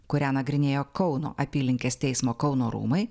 kurią nagrinėjo kauno apylinkės teismo kauno rūmai